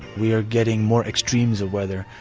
we are getting more extremes of weather,